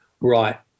right